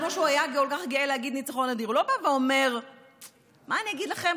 והיה כל כך גאה להגיד "ניצחון אדיר": מה אני אגיד לכם,